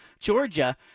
Georgia